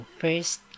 first